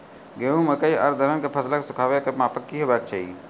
गेहूँ, मकई आर दलहन के फसलक सुखाबैक मापक की हेवाक चाही?